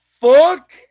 fuck